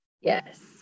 Yes